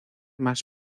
más